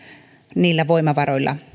niillä voimavaroilla